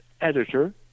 editor